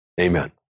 amen